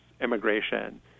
immigration